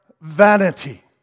vanity